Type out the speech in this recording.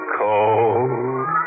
cold